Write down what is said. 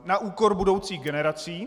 Na úkor budoucích generací.